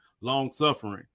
Long-suffering